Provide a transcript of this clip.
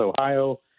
Ohio